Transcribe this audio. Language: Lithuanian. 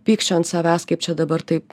pykčio ant savęs kaip čia dabar taip